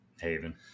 Haven